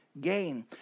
gain